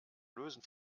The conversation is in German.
lösen